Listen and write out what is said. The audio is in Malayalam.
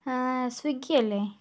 സ്വിഗ്ഗി അല്ലേ